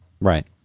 Right